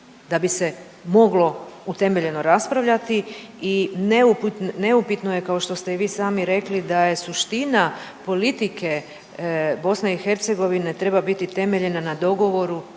da bi se moglo utemeljeno raspravljati i neupitno je kao što ste i vi sami rekli da je suština politike BiH treba biti temeljena na dogovoru